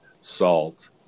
salt